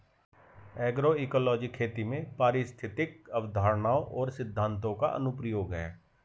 agroecology खेती में पारिस्थितिक अवधारणाओं और सिद्धांतों का अनुप्रयोग है